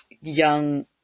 young